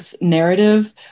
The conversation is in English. narrative